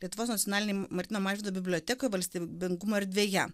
lietuvos nacionalinėj martyno mažvydo bibliotekoj valstybingumo erdvėje